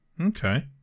Okay